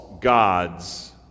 gods